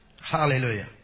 Hallelujah